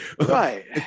right